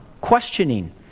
questioning